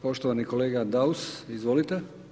Poštovani kolega Daus, izvolite.